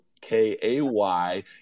K-A-Y